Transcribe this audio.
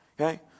Okay